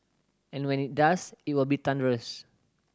and when it does it will be thunderous